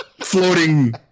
floating